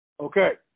Okay